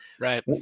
Right